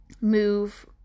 move